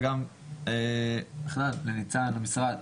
וגם לניצן ולמשרד,